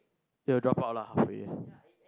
it will drop out lah halfway